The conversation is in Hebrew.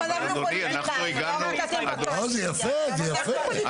גם אנחנו --- לא, זה יפה, זה יפה.